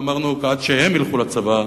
ואמרנו: עד שהם ילכו לצבא,